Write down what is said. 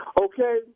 Okay